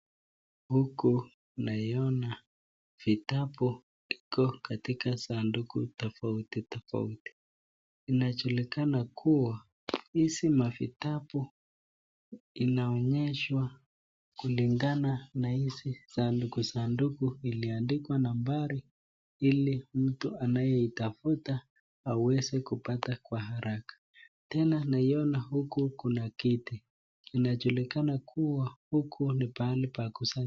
Huku naiona vitabu ziko katika sanduku tofauti tofauti. Inajulikana kuwa, hizi mavitabu inaonyeshwa kulingana na hizi sanduku sanduku imeandikwa nambari, ili mtu anayeitafuta aweze kupata kwa haraka. Tena naiona huku kuna kiti. Inajulikana kuwa huku ni pahali pa kusanya.